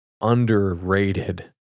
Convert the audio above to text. underrated